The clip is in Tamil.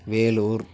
வேலூர்